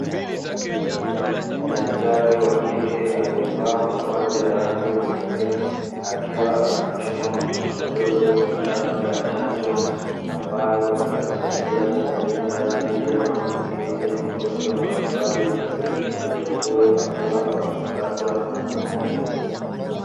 Daktari wa kike alievaa mavazi ya rangi meupe akiwa anamchoma mtoto mdogo sindano ya chanjo, ambayo inamsaidia kumlinda dhidi ya maambukizi ya magonjwa mbalimbali, mtoto huyo akiwa amepakatwa na mama yake.